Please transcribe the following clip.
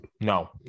No